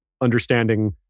understanding